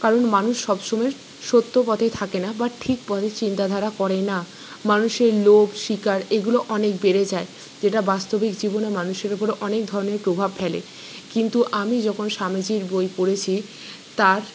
কারণ মানুষ সবসময় সত্য পথে থাকে না বা ঠিক পথে চিন্তাধারা করে না মানুষের লোভ শিকার এগুলো অনেক বেড়ে যায় যেটা বাস্তবিক জীবনে মানুষের উপর অনেক ধরনের প্রভাব ফেলে কিন্তু আমি যখন স্বামীজির বই পড়েছি তার